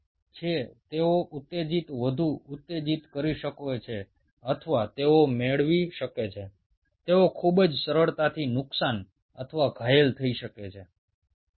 এগুলো অতিরিক্ত উত্তেজিত হয়ে উঠতে পারে এবং যার ফলে এগুলো খুব সহজেই ক্ষতিগ্রস্থ হয়ে যেতে পারে